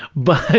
but,